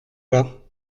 pas